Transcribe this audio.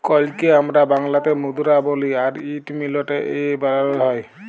কইলকে আমরা বাংলাতে মুদরা বলি আর ইট মিলটে এ বালালো হয়